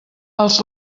als